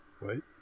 Wait